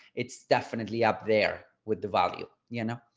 it's definitely up there with the value, you know.